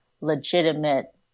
legitimate